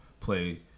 play